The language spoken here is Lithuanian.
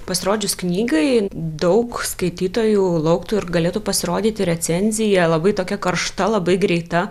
pasirodžius knygai daug skaitytojų lauktų ir galėtų pasirodyti recenzija labai tokia karšta labai greita